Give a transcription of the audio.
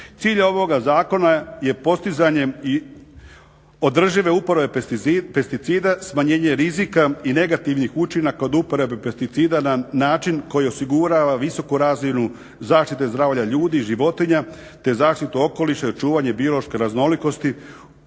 Cilj ovoga zakona je postizanje i održive uporabe pesticida, smanjenje rizika i negativnih učinaka od uporabe pesticida na način koji osigurava visoku razinu zaštite i zdravlja ljudi, životinja te zaštitu okoliša i očuvanje biološke raznolikosti